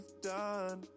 done